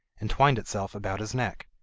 and twined itself about his neck.